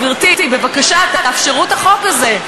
גברתי, בבקשה תאפשרו את החוק הזה.